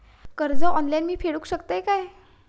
कर्ज ऑनलाइन मी फेडूक शकतय काय?